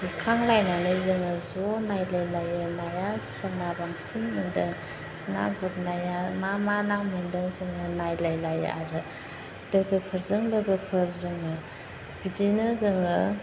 गुरखांलायनानै जोङो ज' नायलायलायो नाया सोरना बांसिन मोनदों ना गुरनाया मा मा ना मोन्दों जोङो नायलायलायो आरो लोगोफोरजों लोगोफोर जोङो बिदिनो जोङो